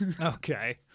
Okay